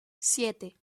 siete